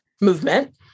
movement